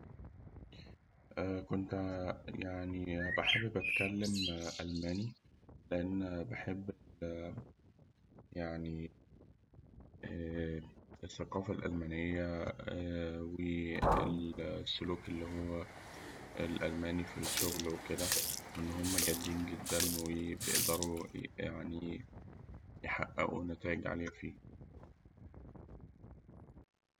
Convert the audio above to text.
كنت ب- بحابب أتكلم ألماني، لأن بحب ال يعني الثقافة الألمانية والسلوك اللي هو الألماني في الشغل وكده، وإنهم بيقدروا يحققوا نتايج عالية فيه.